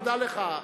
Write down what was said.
דע לך,